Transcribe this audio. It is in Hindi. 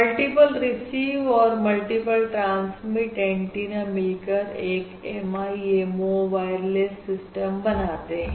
मल्टीपल रिसीव और मल्टीपल ट्रांसमिट एंटीना मिलकर एक MIMO वायरलेस सिस्टम बनाते हैं